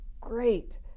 great